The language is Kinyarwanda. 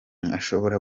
ashobora